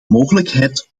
mogelijkheid